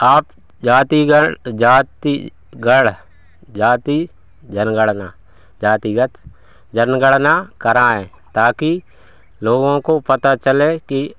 आप जाती गर जाति गढ़ जाती जनगणना जातिगत जनगणना कराए ताकि लोगों को पता चले कि